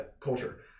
culture